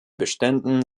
beständen